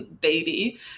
baby